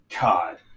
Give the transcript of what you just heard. God